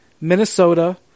Minnesota